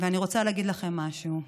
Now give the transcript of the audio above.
אני רוצה להגיד לכם משהו: